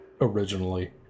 originally